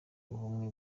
ubumwe